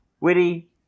witty